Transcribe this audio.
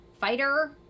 fighter